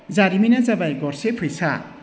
जारिमिना जाबाय गरसे फैसा